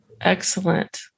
Excellent